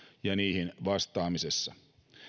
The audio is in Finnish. ja niihin vastaamisessa